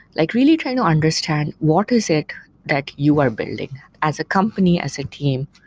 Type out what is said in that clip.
like really trying to understand what is it that you are building as a company, as a team.